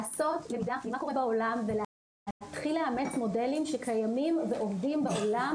לעשות למידה ממה קורה בעולם ולהתחיל לאמץ מודלים שקיימים ועובדים בעולם,